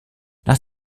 nach